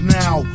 now